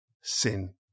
sin